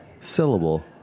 syllable